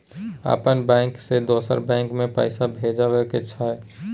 अपन बैंक से दोसर बैंक मे पैसा भेजबाक छै?